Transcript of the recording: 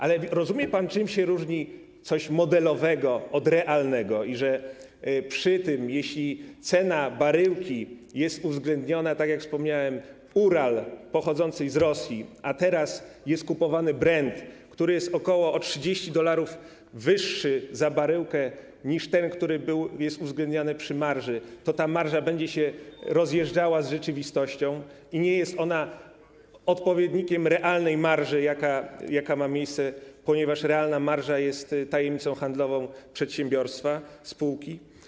Ale rozumie pan, czym się różni coś modelowego od realnego, i że jeśli uwzględniona jest cena baryłki, tak jak wspomniałem, Ural pochodzącego z Rosji, a teraz jest kupowany Brent, który jest o ok. 30 dolarów droższy za baryłkę niż ten, który jest uwzględniany przy marży, to ta marża będzie się rozjeżdżała z rzeczywistością i nie jest ona odpowiednikiem realnej marży, jaka ma miejsce, ponieważ realna marża jest tajemnicą handlową przedsiębiorstwa, spółki?